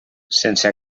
sense